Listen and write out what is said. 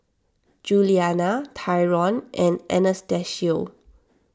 Juliana Tyron and Anastacio